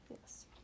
yes